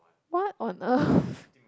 what on earth